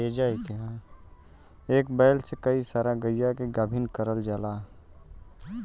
एक बैल से कई सारा गइया के गाभिन करल जाला